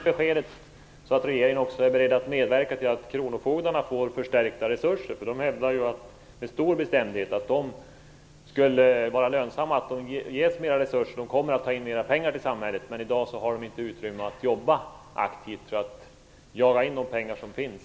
Herr talman! Är regeringen också beredd att medverka till att kronofogdarna får förstärkta resurser? De hävdar med stor bestämdhet att det skulle vara lönsamt om de får mer resurser. Då kommer de att ta in mer pengar till samhället. I dag har de inte utrymme att jobba aktivt för att jaga in de pengar som finns.